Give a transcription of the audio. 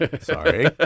Sorry